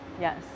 Yes